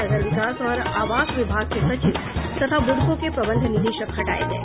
नगर विकास और आवास विभाग के सचिव तथा बुडको के प्रबंध निदेशक हटाये गये